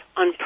on